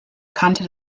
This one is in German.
kante